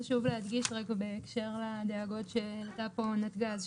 חשוב להדגיש רגע בהקשר לדאגות שהעלתה פה נתג"ז,